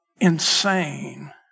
insane